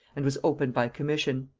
and was opened by commission.